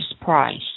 price